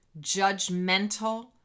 judgmental